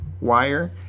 Wire